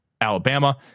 Alabama